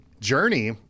Journey